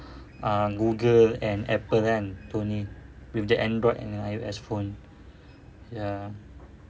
um google and apple kan to ni with the android dengan I_O_S phone